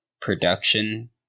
production